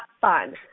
fun